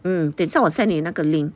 mm 等一下我 send 你那一个 link